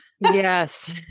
Yes